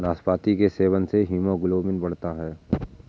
नाशपाती के सेवन से हीमोग्लोबिन बढ़ता है